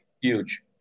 huge